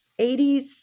80s